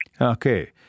Okay